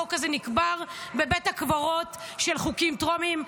החוק הזה נקבר בבית הקברות של חוקים טרומיים.